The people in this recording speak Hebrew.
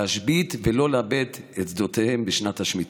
להשבית ולא לעבד את שדותיהם בשנת השמיטה.